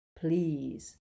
please